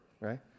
right